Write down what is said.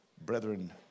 brethren